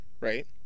right